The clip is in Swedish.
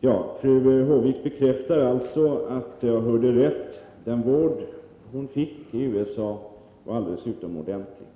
Herr talman! Fru Håvik bekräftar att jag hörde rätt: den vård hon fick i USA var alldeles utomordentlig.